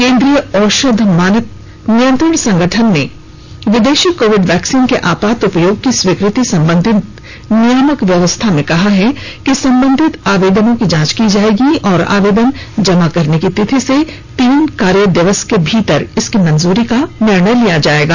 केन्द्रीय औषध मानक नियंत्रण संगठन ने विदेशी कोविड वैक्सीन के आपात उपयोग की स्वीकृति संबंधी नियामक व्यवस्था में कहा है कि संबंधित आवेदनों की जांच की जाएगी और आवेदन जमा करने की तिथि से तीन कार्य दिवस के भीतर इसकी मंजूरी का निर्णय लिया जाएगा